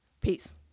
Peace